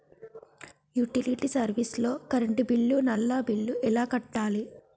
Utility service లో current bill, నల్లా bill ఎలా కట్టాలి?